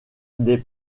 des